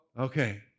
Okay